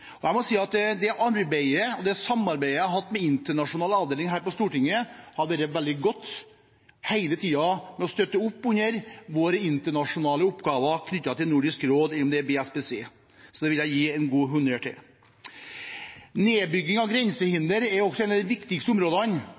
Jeg må si at det samarbeidet jeg har hatt med internasjonal avdeling her på Stortinget, har vært veldig godt hele tiden når det gjelder å støtte opp under våre internasjonale oppgaver knyttet til Nordisk råd under BSPC, så det vil jeg gi honnør for. Nedbygging av grensehinder er også et av de viktigste områdene.